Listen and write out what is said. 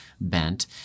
bent